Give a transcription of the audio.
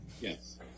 Yes